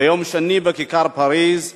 ביום שני בכיכר פריס,